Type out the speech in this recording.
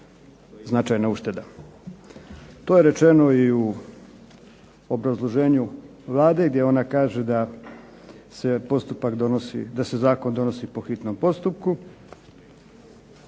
značajna ušteda. To je rečeno i u obrazloženju Vlade gdje ona kaže da se postupak donosi, da se zakon donosi po hitnom postupku,